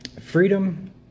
Freedom